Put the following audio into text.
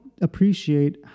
appreciate